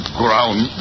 ground